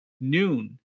noon